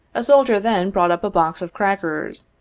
a soldier then brought up a box of crackers,